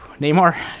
Neymar